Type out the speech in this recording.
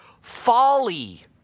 folly